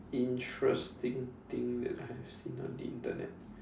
interesting thing that I have seen on the Internet